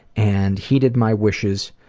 and heeded my wishes